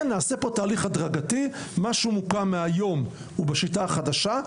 נעשה פה תהליך הדרגתי: מה שהוקם מהיום הוא בשיטה החדשה,